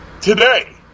today